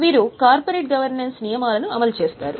వీరు corporate governance నియమాలను అమలు చేస్తారు